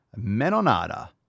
Menonada